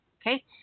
Okay